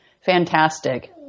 fantastic